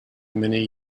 many